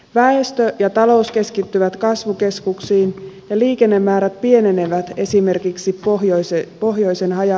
väistö ja talous keskittyvät kasvukeskuksiin ja liikennemäärät pienenevät esimerkiksi pohjoisen pohjoisen haja